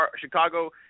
Chicago